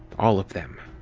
all of them.